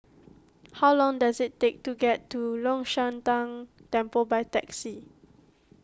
how long does it take to get to Long Shan Tang Temple by taxi